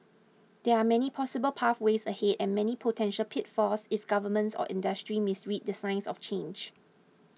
there are many possible pathways ahead and many potential pitfalls if governments or industry misread the signs of change